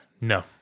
No